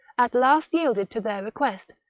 at last yielded to their request,